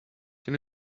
can